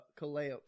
kaleo